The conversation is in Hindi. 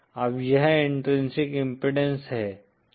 अब यह इन्ट्रिंसिक इम्पीडेन्स है